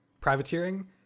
privateering